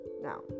Now